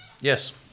Yes